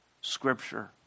scripture